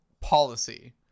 policy